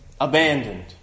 abandoned